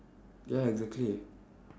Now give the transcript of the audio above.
ya exactly